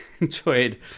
enjoyed